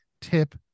tip